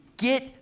Get